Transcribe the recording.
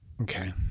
Okay